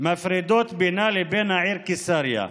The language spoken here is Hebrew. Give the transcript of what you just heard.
מפרידות בינה לבין העיר קיסריה,